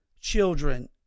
children